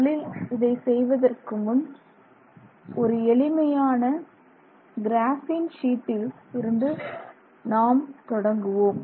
முதலில் இதை செய்வதற்கு முன் ஒரு எளிமையான கிராஃப்பின் ஷீட்டில் இருந்து நாம் தொடங்குவோம்